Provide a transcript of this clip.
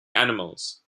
animals